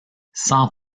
sans